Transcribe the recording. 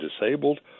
disabled